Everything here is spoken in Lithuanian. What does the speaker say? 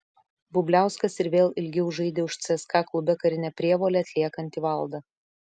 bubliauskas ir vėl ilgiau žaidė už cska klube karinę prievolę atliekantį valdą